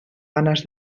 ganas